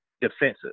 defensive